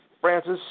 Francis